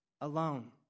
alone